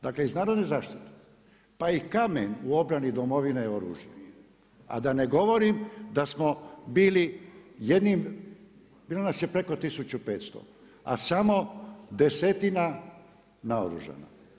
Dakle iz Narodne zaštite, pa i kamen u obrani Domovine je oružje, a da ne govorim da smo bili, bilo nas je preko 1500 a samo desetina naoružana.